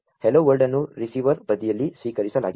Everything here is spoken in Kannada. ಹಲೋ ವರ್ಲ್ಡ್ ಅನ್ನು ರಿಸೀ ವರ್ ಬದಿಯಲ್ಲಿ ಸ್ವೀ ಕರಿಸಲಾ ಗಿದೆ